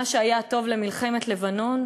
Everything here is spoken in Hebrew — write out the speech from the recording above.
מה שהיה טוב למלחמת לבנון,